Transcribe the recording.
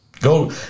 Go